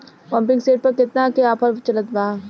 Pumping set पर केतना के ऑफर चलत बा?